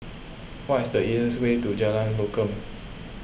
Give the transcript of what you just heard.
what is the easiest way to Jalan Lokam